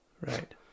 right